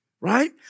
right